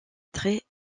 très